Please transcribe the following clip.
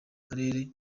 karere